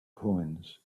coins